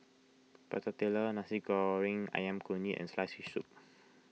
Prata Telur Nasi Goreng Ayam Kunyit and Sliced Fish Soup